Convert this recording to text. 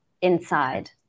inside